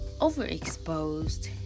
overexposed